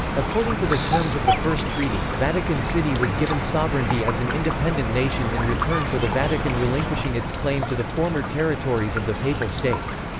according to the terms of the first treaty, vatican city was given sovereignty as an independent nation in return for the vatican relinquishing its claim to the former territories of the papal states.